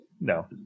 no